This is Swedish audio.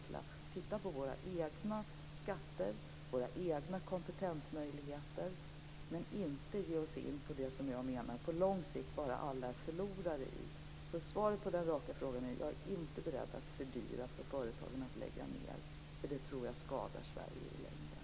Vi skall titta på våra egna skatter och våra egna kompetensmöjligheter men inte ge oss in på det som jag menar på lång sikt gör oss alla till förlorare. Svaret på den raka frågan är: Jag är inte beredd att fördyra för företagen att lägga ned. Det tror jag skadar Sverige i längden.